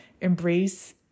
Embrace